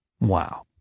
Wow